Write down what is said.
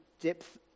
depth